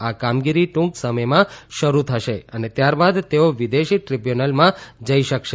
આ કામગીરી ટ્રંક સમમાં શરૂ થશે અને ત્યારબાદ તેઓ વિદેશી દ્રીબ્યૂનલમાં જઈ શકશે